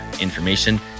information